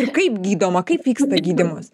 kaip gydoma kaip vyksta gydymas